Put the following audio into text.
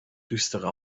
düstere